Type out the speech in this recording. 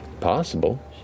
Possible